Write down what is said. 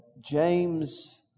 James